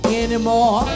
anymore